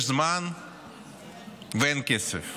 יש זמן ואין כסף,